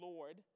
Lord